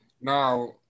Now